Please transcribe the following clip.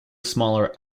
smaller